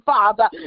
Father